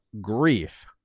grief